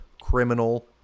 criminal